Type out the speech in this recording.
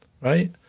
right